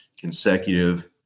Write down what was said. consecutive